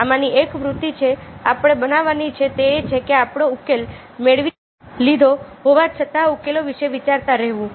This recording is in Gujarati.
આમાંની એક વૃત્તિ જે આપણે બનાવવાની છે તે એ છે કે આપણે ઉકેલ મેળવી લીધો હોવા છતાં ઉકેલો વિશે વિચારતા રહેવું